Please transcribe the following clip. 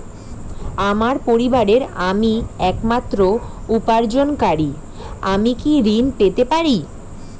আমার পরিবারের আমি একমাত্র উপার্জনকারী আমি কি ঋণ পেতে পারি?